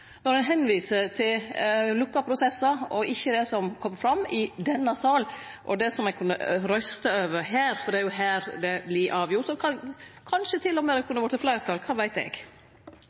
når ein viser til lukka prosessar og ikkje til det som kom fram i denne salen, og det som ein kunne røyste over her, for det er her det vert avgjort. Kanskje det til og med kunne vorte fleirtal – kva veit eg.